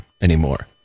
anymore